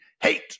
hate